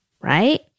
right